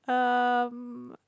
um